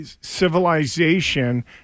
civilization